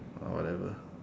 ah whatever